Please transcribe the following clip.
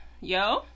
yo